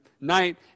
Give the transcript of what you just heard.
Night